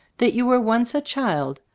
that you were once a child,